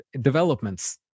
developments